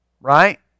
right